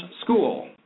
school